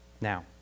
Now